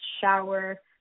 shower